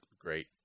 great